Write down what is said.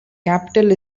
capital